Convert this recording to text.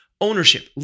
ownership